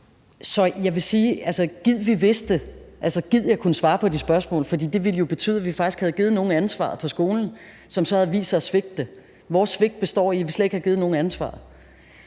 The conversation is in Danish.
Så jeg vil sige: Gid, vi vidste det; gid, jeg kunne svare på det spørgsmål. For det ville jo betyde, at vi faktisk havde givet nogen på skolen ansvaret, som så havde vist sig at svigte. Vores svigt består i, at vi slet ikke har givet nogen ansvaret,